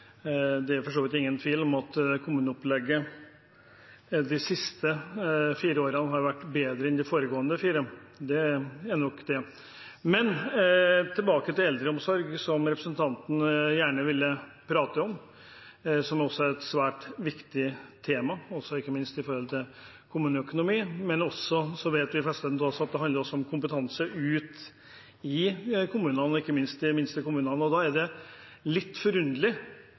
Det er for så vidt ingen tvil om at kommuneopplegget de siste fire årene har vært bedre enn de foregående fire. Det er nok det. Tilbake til eldreomsorg, som representanten gjerne ville prate om, og som også er et svært viktig tema – ikke minst for kommuneøkonomien. De fleste av oss vet at det også handler om kompetanse ute i kommunene, og ikke minst i de minste kommunene. Representanten Pedersen har ivret for å få til